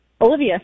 Olivia